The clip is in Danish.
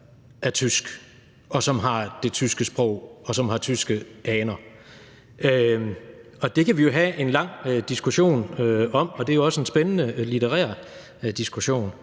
af tysk og tysk sprog, og som har tyske aner. Det kan vi have en lang diskussion om, og det er jo også en spændende litterær diskussion.